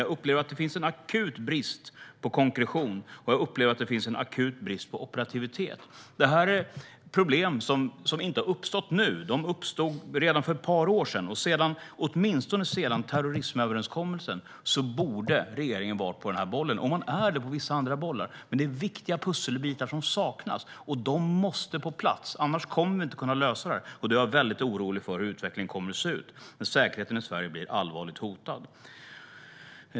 Jag upplever att det finns en akut brist på konkretion. Och jag upplever att det finns en akut brist på operativitet. Detta är problem som inte har uppstått nu. De uppstod redan för ett par år sedan. Åtminstone sedan terrorismöverenskommelsen borde regeringen vara på den här bollen. Man är på vissa andra bollar. Men det är viktiga pusselbitar som saknas. De måste på plats. Annars kommer vi inte att kunna lösa detta. Då är jag väldigt orolig för hur utvecklingen kommer att se ut när säkerheten i Sverige blir allvarligt hotad.